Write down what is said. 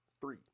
Three